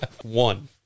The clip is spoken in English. One